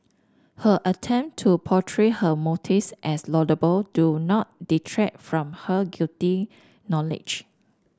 her attempt to portray her motives as laudable do not detract from her guilty knowledge